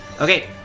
Okay